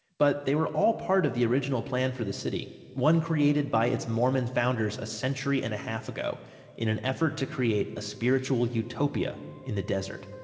but they were all part of the original plan for the city. one created by its mormon founders a century and a half ago in an effort to create a spiritual utopia in the desert.